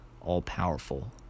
all-powerful